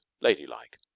ladylike